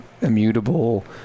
immutable